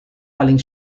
paling